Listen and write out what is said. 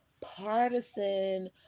partisan